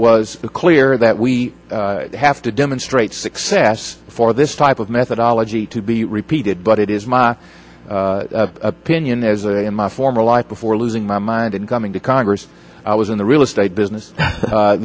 was clear that we have to demonstrate success for this type of methodology to be repeated but it is my opinion as a in my former life before losing my mind in coming to congress i was in the real estate business